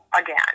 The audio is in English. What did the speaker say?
again